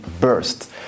burst